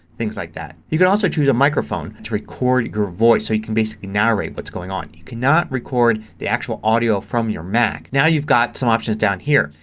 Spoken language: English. things like that. you can also choose a microphone to record your voice. so you can basically narrate what's going on. you cannot record the actual audio from your mac. now you've got some options down here.